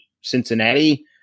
Cincinnati